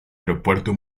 aeropuerto